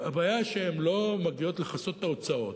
הבעיה שהן לא מגיעות לכסות את ההוצאות.